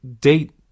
date